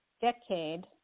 decade